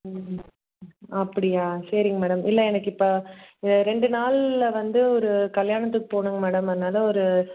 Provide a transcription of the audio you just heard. ம் அப்படியா சரிங்க மேடம் இல்லை எனக்கு இப்போ ரெண்டு நாளில் வந்து ஒரு கல்யாணத்துக்கு போகணுங்க மேடம் அதனால ஒரு